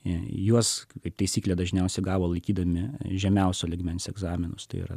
juos kaip taisyklė dažniausiai gavo laikydami žemiausio lygmens egzaminus tai yra